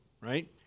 right